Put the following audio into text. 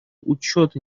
учет